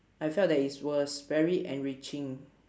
I felt that it is was very enriching